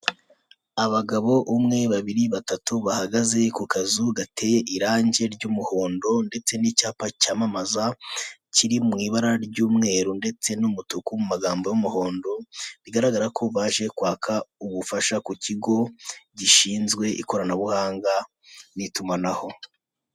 Abagabo umwe, babiri, batatu bahagaze ku kazu gateye irangi ry'umuhondo ndetse n'icyapa cyamamaza kiri mu ibara ry'umweru ndetse n'umutuku mu magambo y'umuhondo bigaragara ko baje kwaka ubufasha ku kigo gishinzwe ikoranabuhanga n'itumanaho.